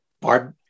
barb